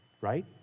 Right